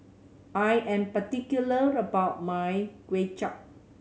I am particular about my Kway Chap